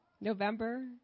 november